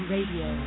Radio